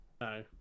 No